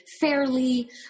fairly